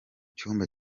cyumba